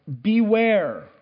beware